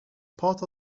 part